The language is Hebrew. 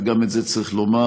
וגם את זה צריך לומר,